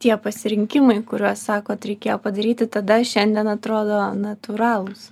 tie pasirinkimai kuriuos sakot reikėjo padaryti tada šiandien atrodo natūralūs